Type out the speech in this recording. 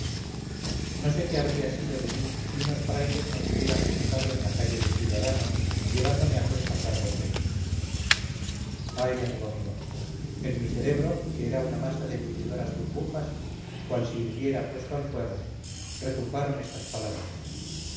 no sé qué habría sido de mí si unos frailes no me hubieran sujetado en la calle de ciudadanos llevándome a cuestas largo trecho ay amigo mío en mi cerebro que era una masa de bullidoras burbujas cual si hirviera puesto al fuego retumbaron estas palabras